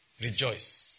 rejoice